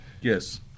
Yes